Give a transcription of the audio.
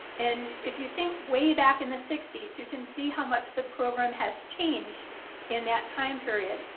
and if you think way back in the sixty s, you can see how much the program has changed in that time period.